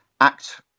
act